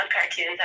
cartoons